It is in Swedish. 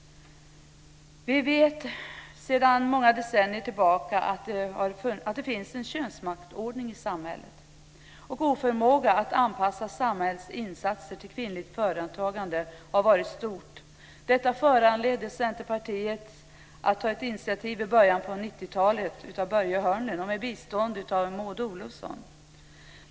Vi vet sedan många decennier tillbaka att det finns en könsmaktsordning i samhället. Oförmågan att anpassa samhällets insatser till kvinnligt företagande har varit stor. Detta föranledde Centerpartiet att ta ett initiativ i början av 90-talet. Det var Börje Hörnlund som gjorde det med bistånd av Maud Olofsson.